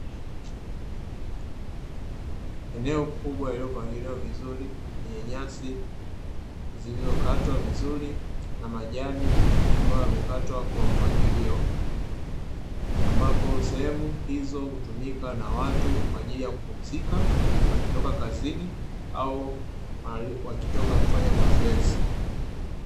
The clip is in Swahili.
Eneo kubwa lililopangiliwa vizuri, lenye nyasi zilizokatwa vizuri na majani ambayo yamekatwa kwa mpangilio ambapo sehemu hizo hutumika na watu, kwa ajili ya kupumzika wakitoka kazini au wakitoka kufanya mazoezi.